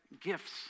gifts